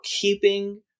keeping